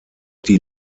die